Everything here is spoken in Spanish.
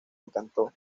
encantó